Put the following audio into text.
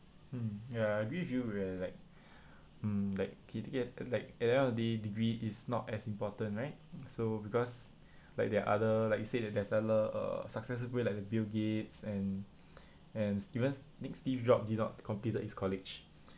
hmm ya I agree with you where like mm like okay take it like at the end of the day degree is not as important right so because like there other like you said that there's other uh successful people like bill gates and and even nick steve job did not completed his college